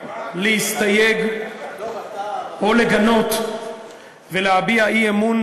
להסתייג או לגנות ולהביע אי-אמון,